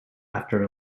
after